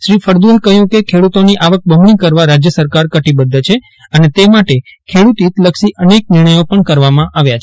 શ્રી ફળદુએ કહ્યું કે ખેડૂતોની આવક બમજ્ઞી કરવા રાજ્ય સરકાર કટિબદ્ધ છે અને તે માટે ખેડૂત હિતલક્ષી અનેક નિર્જ્યો પણ કરવામાં આવ્યા છે